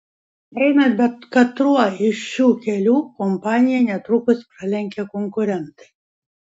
einant bet katruo iš šių kelių kompaniją netrukus pralenkia konkurentai